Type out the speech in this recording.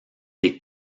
les